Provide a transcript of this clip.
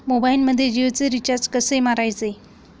मोबाइलमध्ये जियोचे रिचार्ज कसे मारायचे?